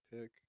pick